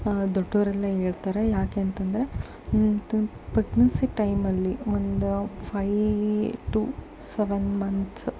ದೊಡ್ಡೋರೆಲ್ಲ ಹೇಳ್ತಾರೆ ಯಾಕೆ ಅಂತ ಅಂದರೆ ಇದು ಪ್ರೆಗ್ನೆನ್ಸಿ ಟೈಮಲ್ಲಿ ಒಂದು ಫೈವ್ ಟು ಸೆವೆನ್ ಮಂತ್ಸ್